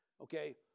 okay